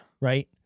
Right